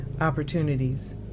opportunities